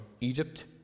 Egypt